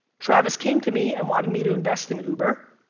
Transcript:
travis came to me, and wanted me to invest in uber,